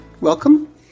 Welcome